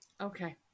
Okay